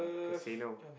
casino